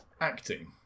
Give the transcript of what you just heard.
Acting